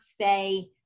say